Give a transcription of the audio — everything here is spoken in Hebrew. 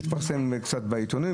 זה התפרסם קצת בעיתונים.